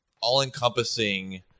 all-encompassing